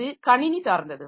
இது கணினி சார்ந்தது